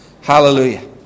Hallelujah